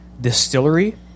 Distillery